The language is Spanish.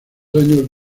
años